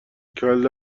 کله